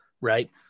right